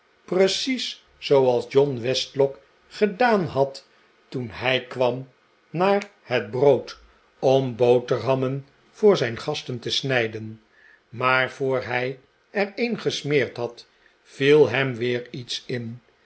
precies zooals john westlock gedaan had toen h ij kwam naar het brood om boterhammen voor zijn gasten te snijden maar voor hij er een gesmeerd had viel hem weer iets in